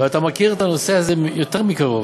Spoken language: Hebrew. ואתה מכיר את הנושא הזה יותר מקרוב.